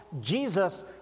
Jesus